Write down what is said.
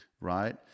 Right